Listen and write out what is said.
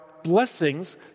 blessings